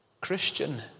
Christian